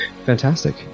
Fantastic